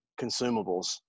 consumables